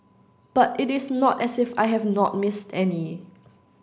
but it is not as if I have not missed any